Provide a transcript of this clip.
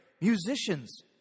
musicians